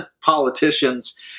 politicians